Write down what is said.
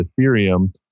Ethereum